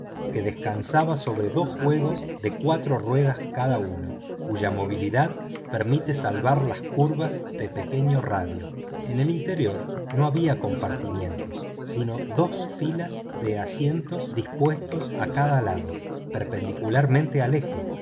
que descansaba sobre dos juegos de cuatro ruedas cada uno cuya movilidad permite salvar las curvas de pequeño radio en el interior no había compartimentos sino dos filas de asientos dispuestos a cada lado perpendicularmente al eje